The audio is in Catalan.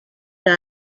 que